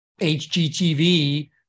hgtv